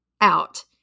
out